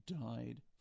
died